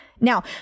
now